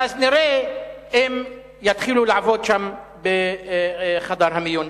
ואז נראה אם יתחילו לעבוד שם בחדר המיון.